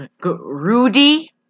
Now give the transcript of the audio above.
Rudy